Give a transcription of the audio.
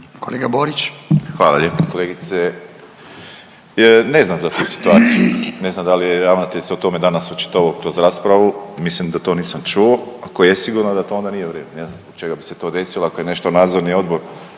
Josip (HDZ)** Hvala lijepa kolegice. Ne znam za tu situaciju, ne znam da li je ravnatelj se o tome danas očitovao kroz raspravu, mislim da to nisam čuo. Ako je sigurno da to onda nije u redu, ne znam zbog čega bi se to desilo. Ako je nešto Nadzorni odbor